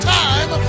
time